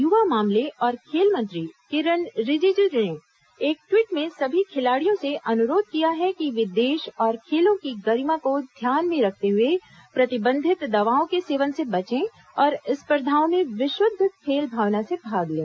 युवा मामले और खेल मंत्री किरण रिजिजू ने एक ट्वीट में सभी खिलाड़ियों से अनुरोध किया है कि वे देश और खेलों की गरिमा को ध्यान में रखते हुए प्रतिबंधित दवाओं के सेवन से बचे और स्पर्धाओं में विशुद्ध खेल भावना से भाग लें